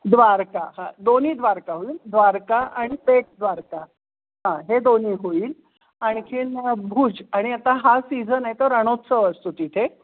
द्वारका हां दोन्ही द्वारका द्वारका आणि बेट द्वारका हां हे दोन्ही होईल आणखीन भुज आणि आता हा सीझन आहे तो रणोत्सव असतो तिथे